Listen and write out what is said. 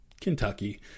Kentucky